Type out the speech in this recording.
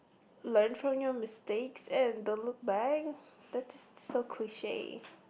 learn from your mistakes and don't look back that's so cliche